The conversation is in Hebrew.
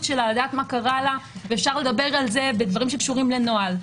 שלה לדעת מה קרה ואפשר לדבר על זה בדברים שקשורים לנוהל.